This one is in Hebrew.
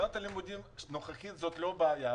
שנת הלימודים הנוכחית היא לא בעיה.